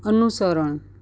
અનુસરણ